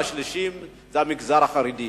והשלישיים הם המגזר החרדי.